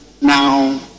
now